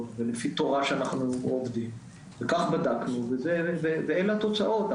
לפיהם ולפי תורה שאנחנו עובדים לפיה וכך בדקנו ואלה התוצאות.